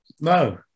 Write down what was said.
No